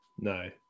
No